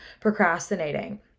Procrastinating